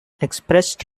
expressed